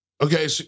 Okay